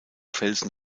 felsen